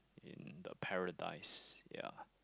in the paradise ya